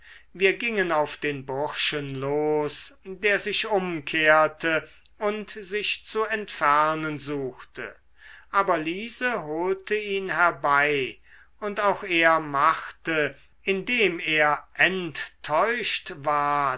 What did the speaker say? wir gingen auf den burschen los der sich umkehrte und sich zu entfernen suchte aber liese holte ihn herbei und auch er machte indem er enttäuscht ward